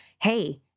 hey